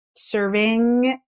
serving